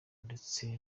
ndetse